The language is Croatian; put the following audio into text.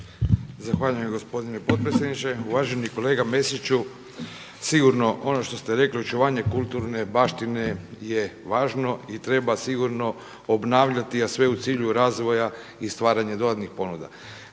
Zahvaljujem gospodine potpredsjedniče, uvaženi kolega Mesiću, sigurno ono što ste rekli očuvanje kulturne baštine je važno i treba sigurno obnavljati a sve u cilju razvoja i stvaranja dodatnih ponuda.